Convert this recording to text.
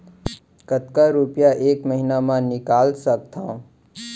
कतका रुपिया एक महीना म निकाल सकथव?